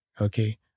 Okay